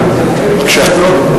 תצעק עוד פעם,